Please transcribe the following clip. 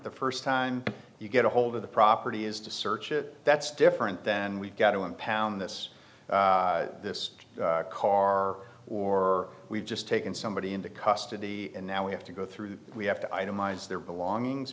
the first time you get a hold of the property is to search it that's different than we've got to impound this this car or we've just taken somebody into custody and now we have to go through we have to itemize their belongings